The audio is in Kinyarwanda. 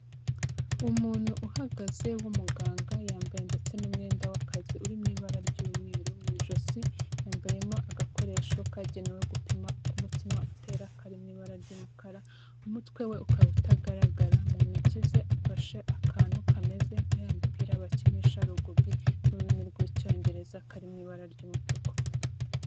Umuntu uhagaze w'umuganga, yambaye ndetse n'umwenda w'akazi uri mu ibara ry'umweru, mu ijosi yambayemo agakoresho kagenewe gupima uko umutima utera kari mu ibara ry'umukara, umutwe we ukaba utagaragara, mu ntoki ze afashe akantu kameze nka ya mipira bakinisha Rugubi mu rurimi rw'Icyongereza kari mu ibara ry'umutuku.